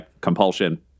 compulsion